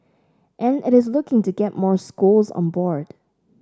and it is looking to get more schools on board